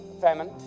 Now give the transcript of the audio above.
famine